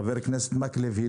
חבר הכנסת מקלב,